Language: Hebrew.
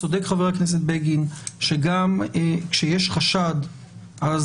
צודק חבר הכנסת בגין שגם כשיש חשד אז